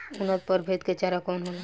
उन्नत प्रभेद के चारा कौन होला?